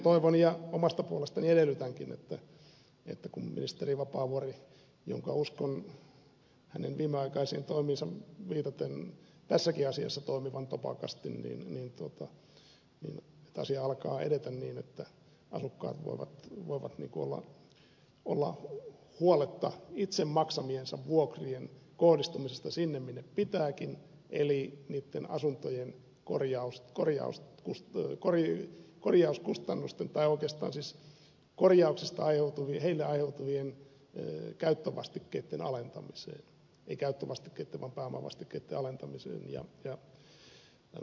toivon ja omasta puolestani edellytänkin että kun ministeri vapaavuori uskon hänen viimeaikaisiin toimiinsa viitaten tässäkin asiassa toimii topakasti niin tämä asia alkaa edetä niin että asukkaat voivat olla huoletta itse maksamiensa vuokrien kohdistumisesta sinne minne pitääkin eli niitten asuntojen korjauskustannusten tai oikeastaan siis korjauksesta heille aiheutuvien käyttövastikkeitten alentamiseen ei käyttövastikkeitten vaan pääomavastikkeitten alentamiseen ne sisältyvät siihen käyttövastikkeeseen